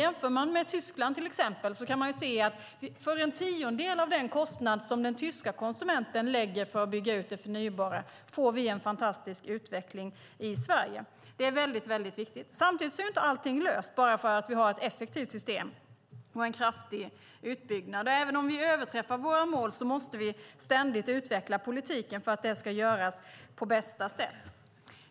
Om man jämför med Tyskland till exempel kan man se att för en tiondel av den kostnad som den tyska konsumenten lägger för att bygga ut det förnybara får vi en fantastisk utveckling i Sverige. Det är väldigt viktigt. Samtidigt är inte allting löst bara för att vi har ett effektivt system och en kraftig utbyggnad. Även om vi överträffar våra mål måste vi ständigt utveckla politiken för att det ska göras på bästa sätt.